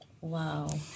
Wow